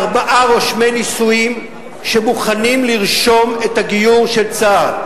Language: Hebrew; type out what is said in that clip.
ארבעה רושמי נישואין שמוכנים לרשום את הגיור של צה"ל.